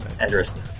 address